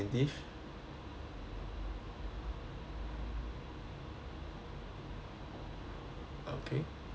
okay can